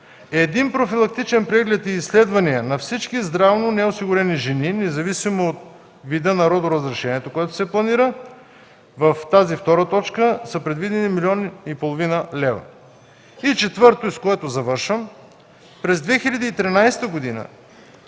един профилактичен преглед и изследвания на всички здравно неосигурени жени, независимо от вида на родоразрешението, което се планира. В тази втора точка са предвидени 1,5 млн. лв. И четвърто, през 2013 г. са